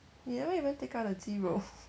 you never even take out the 鸡肉